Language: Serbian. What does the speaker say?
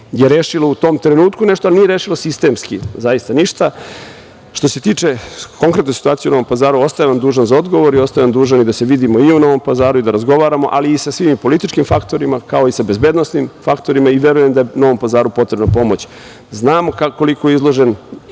je rešilo u tom trenutku nešto, ali nije rešilo sistemski zaista ništa. Što se tiče konkretne situacije u Novom Pazaru, ostajem vam dužan za odgovor i ostajem vam dužan i da se vidimo i u Novom Pazaru i da razgovaramo, ali i sa svim političkim faktorima, kao i sa bezbednosnim faktorima. Verujem da je Novom Pazaru potrebna pomoć. Znamo koliko je izložen,